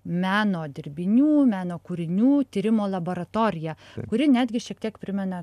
meno dirbinių meno kūrinių tyrimo laboratoriją kuri netgi šiek tiek primena